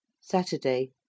Saturday